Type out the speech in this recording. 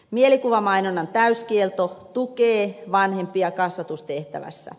mielikuvamainonnan täyskielto tukee vanhempia kasvatustehtävässä